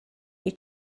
your